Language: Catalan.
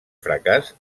fracàs